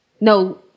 No